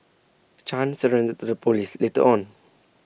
chan surrendered to the Police later on